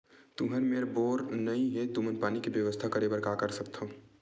तुहर मेर बोर नइ हे तुमन पानी के बेवस्था करेबर का कर सकथव?